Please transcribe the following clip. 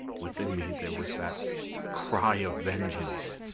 within me there was that cry of vengeance,